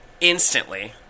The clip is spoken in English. Instantly